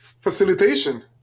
facilitation